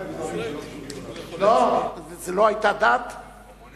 דברים שלא קשורים אחד